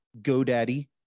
GoDaddy